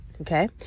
okay